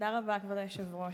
תודה רבה, כבוד היושב-ראש.